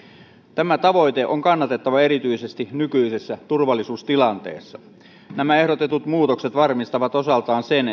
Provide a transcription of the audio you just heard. tämä tavoite on kannatettava erityisesti nykyisessä turvallisuustilanteessa nämä ehdotetut muutokset varmistavat osaltaan sen